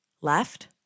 left